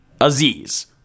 Aziz